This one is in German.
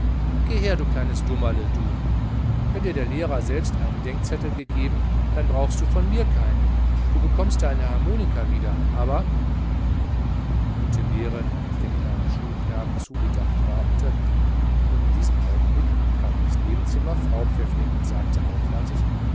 geh her du kleines dummerle du wenn dir der lehrer selbst deinen denkzettel gegeben hat dann brauchst du von mir keinen du bekommst deine harmonika wieder aber die gute lehre die dem kleinen schulknaben zugedacht war unterblieb denn in diesem augenblick kam durchs nebenzimmer frau pfäffling und sagte eilfertig